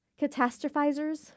Catastrophizers